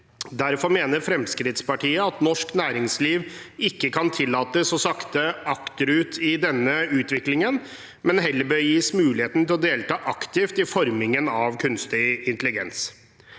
Derfor mener Fremskrittspartiet at norsk næringsliv ikke kan tillates å sakke akterut i denne utviklingen, men heller bør gis muligheten til å delta aktivt i formingen av kunstig intelligens.